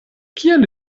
kiel